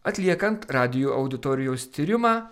atliekant radijo auditorijos tyrimą